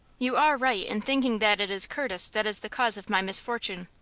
you are right in thinking that it is curtis that is the cause of my misfortune.